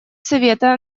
совета